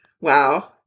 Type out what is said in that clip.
Wow